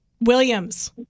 Williams